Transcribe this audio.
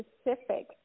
specific